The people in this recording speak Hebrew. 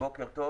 בוקר טוב.